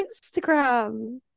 instagram